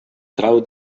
trau